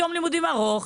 יום לימודים ארוך,